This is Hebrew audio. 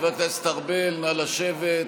חבר הכנסת ארבל, נא לשבת.